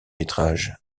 métrages